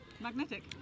Magnetic